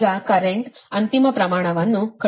ಈಗ ಕರೆಂಟ್ ಅಂತಿಮ ಪ್ರಮಾಣವನ್ನು ಕಳುಹಿಸಲು ಇದು 0